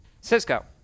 Cisco